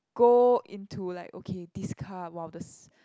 go into like okay this car wow the s~